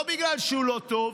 לא בגלל שהוא לא טוב,